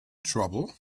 trouble